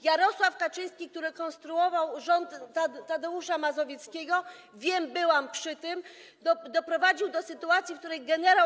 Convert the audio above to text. Jarosław Kaczyński, który konstruował rząd Tadeusza Mazowieckiego - wiem, bo byłam przy tym - doprowadził do sytuacji, w której gen.